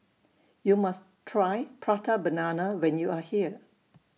YOU must Try Prata Banana when YOU Are here